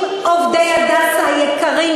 אם עובדי "הדסה" היקרים,